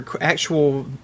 actual